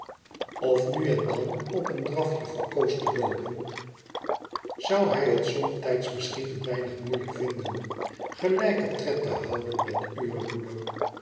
of nu en dan op een draf je verkoos te loopen zou hij het somtijds misschien een weinig moeilijk vinden gelijken tred te te houden met uwe moeder